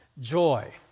joy